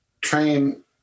train